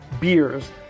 beers